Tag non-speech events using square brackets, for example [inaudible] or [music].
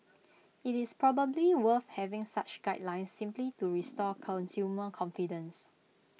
IT is probably worth having such guidelines simply to [noise] restore consumer confidence